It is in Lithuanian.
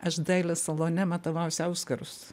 aš dailės salone matavausi auskarus